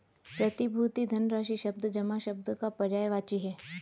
प्रतिभूति धनराशि शब्द जमा शब्द का पर्यायवाची है